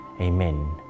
Amen